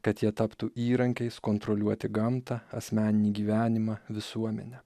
kad jie taptų įrankiais kontroliuoti gamtą asmeninį gyvenimą visuomenę